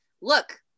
look